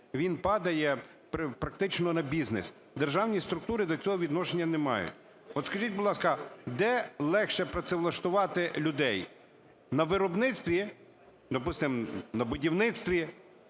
він падає практично на бізнес. Державні структури до цього відношення не мають. От скажіть, будь ласка, де легше працевлаштувати людей на виробництві, допустимо, на будівництві,